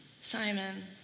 Simon